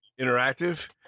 interactive